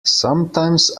sometimes